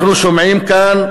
אנחנו שומעים כאן,